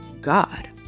God